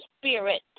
Spirit